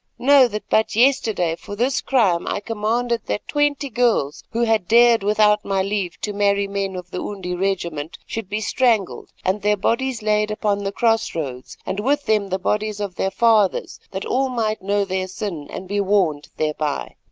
know that but yesterday for this crime i commanded that twenty girls who had dared without my leave to marry men of the undi regiment, should be strangled and their bodies laid upon the cross-roads and with them the bodies of their fathers, that all might know their sin and be warned thereby.